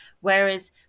Whereas